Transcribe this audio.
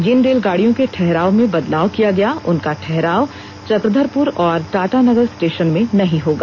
जिन रेलगाड़ियों के ठहराव में बदलाव किया उनका ठहराव चक्रधरपुर और टाटानगर स्टेशन में नहीं होगा